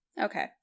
Okay